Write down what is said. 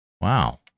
Wow